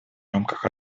рамках